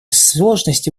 сложности